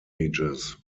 ages